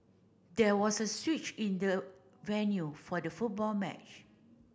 there was a switch in the venue for the football match